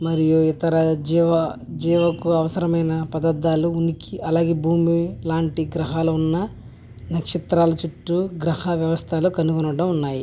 మరియు ఇతర జీవ జీవకు అవసరమైన పదార్థాలు ఉనికి అలాగే భూమి లాంటి గ్రహాలు ఉన్న నక్షత్రాల చుట్టు గ్రహ వ్యవస్థలు కనుగొనటం ఉన్నాయి